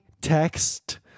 text